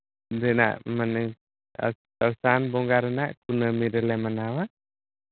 ᱱᱚᱸᱰᱮᱱᱟᱜ ᱢᱟᱱᱮ ᱥᱟᱱ ᱵᱚᱸᱜᱟ ᱨᱮᱱᱟᱜ ᱠᱩᱱᱟᱹᱢᱤ ᱨᱮᱞᱮ ᱢᱟᱱᱟᱣᱟ